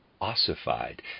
ossified